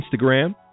Instagram